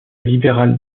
libéral